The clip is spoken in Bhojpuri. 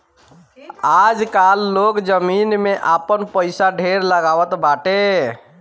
आजकाल लोग जमीन में आपन पईसा ढेर लगावत बाटे